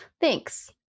Thanks